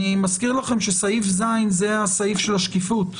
אני מזכיר לכם שסעיף (ז), זה הסעיף של השקיפות.